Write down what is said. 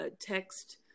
text